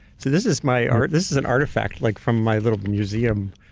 so this is my. ah this is an artifact like from my little museum.